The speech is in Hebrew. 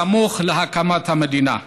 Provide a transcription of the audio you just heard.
סמוך להקמת המדינה.